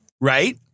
right